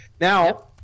Now